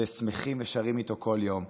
ושמחים שרים עליו כל יום.